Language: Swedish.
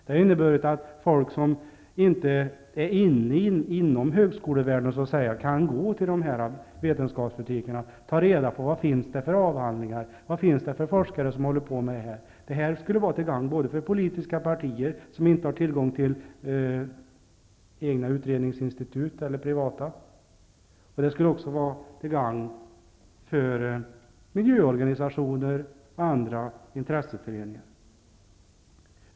Det har inneburit att människor som inte är ''inne'' i högskolevärlden kan gå till de här vetenskapsbutikerna och ta reda på vad det finns för avhandlingar, vad det finns för forskare som håller på med den fråga man är intresserad av. Detta skulle vara till gagn för politiska partier som inte har tillgång till privata utredningsinstitut. Det skulle också vara till gagn för miljöorganisationer och andra intresseföreningar.